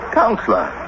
counselor